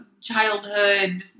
Childhood